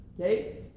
okay